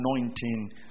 anointing